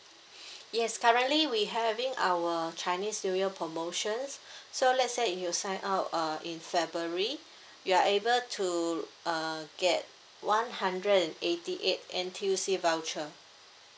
yes currently we having our chinese new year promotions so let's say you sign up uh in february you are able to uh get one hundred and eighty eight N_T_U_C voucher